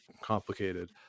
complicated